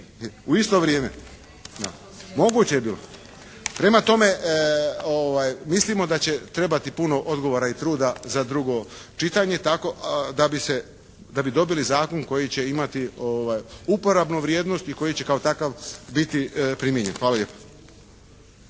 U isto vrijeme. Moguće bi bilo. Prema tome, mislimo da će trebati puno odgovora i truda za drugo čitanje da bi dobili zakon koji će imati uporabnu vrijednost i koji će kao takav biti primijenjen. Hvala lijepa.